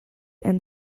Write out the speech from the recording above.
and